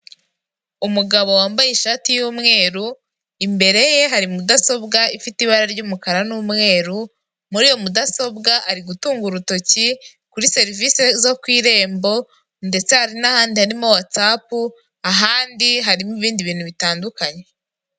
Umugabo wambaye ishati y'umweru, imbere ye hari mudasobwa ifite ibara ry'umukara n'umweru, muri iyo mudasobwa ari gutunga urutoki kuri serivisi zo ku irembo, ndetse hari n'ahandi harimo watsapu, ahandi harimo ibindi bintu bitandukanye.